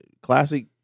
classic